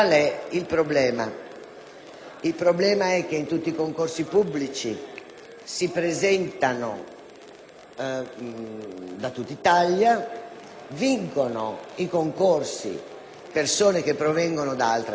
Il problema è che in tutti i concorsi pubblici ci si presenta da tutt'Italia, vincono i concorsi magari persone che provengono da altre Regioni;